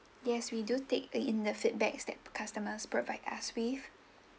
yes we do take in the feedbacks that customers provide us with